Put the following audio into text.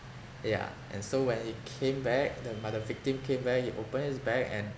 yeah and so when he came back the when the victim came back he opened his bag and